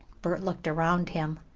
bert looked around him.